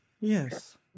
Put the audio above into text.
Yes